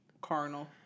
carnal